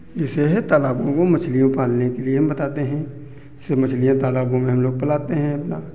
जैसे है तालाबों को मछलियाँ पालने के लिए हम बताते हैं जैसे मछलियाँ तालाबों में हम लोग पलाते हैं अपना